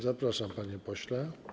Zapraszam, panie pośle.